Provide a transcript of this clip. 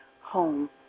home